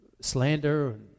slander